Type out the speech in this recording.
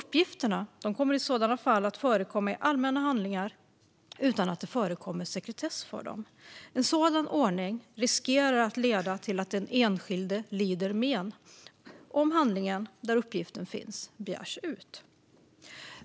Uppgifterna kommer i sådana fall att förekomma i allmänna handlingar utan att sekretess gäller för dem. En sådan ordning riskerar att leda till att den enskilde lider men om handlingen där uppgiften finns begärs ut.